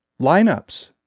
lineups